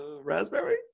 Raspberry